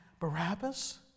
Barabbas